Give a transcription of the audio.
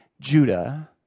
Judah